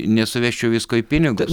nesuvesčiau visko į pinigus